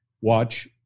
watch